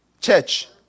Church